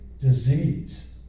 disease